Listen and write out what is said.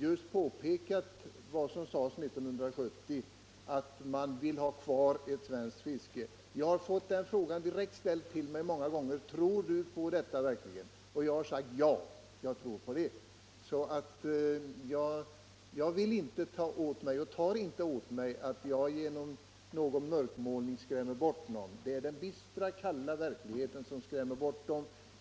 jag pekat på just vad som sades 1970, att man vill ha kvar ett svenskt fiske. Många gånger har jag fått frågan direkt ställd till mig: Tror du verkligen på detta? Och jag har svarat: Ja, jag tror på det. Jag tar alltså inte åt mig när statsrådet talar om att man genom mörkmålning skrämmer bort några. Det är den bistra kalla verkligheten som skrämmer bort dem.